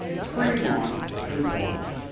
prelaunch or post launch.